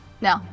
No